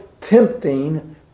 tempting